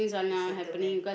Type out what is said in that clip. centre man